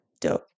Dope